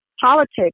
politics